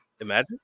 Imagine